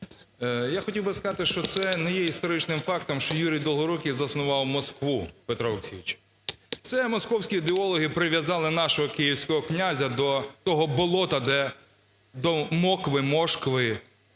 Я хотів би сказати, що це не є історичним фактом, що Юрій Долгорукий заснував Москву, Петро Олексійовичу. Це московські ідеологи прив'язали нашого Київського князя до того болота, де... до Мокви,